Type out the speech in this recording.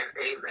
amen